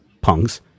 punks